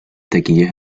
taquillas